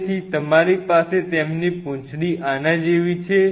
તેથી તમારી પાસે તેમની પૂંછડી આના જેવી છે